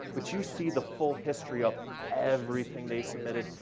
but you see the full history of everything they submitted.